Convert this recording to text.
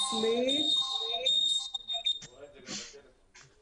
פחות או יותר גנב לי את כל מה שרציתי